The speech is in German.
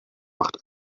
macht